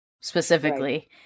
specifically